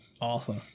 Awesome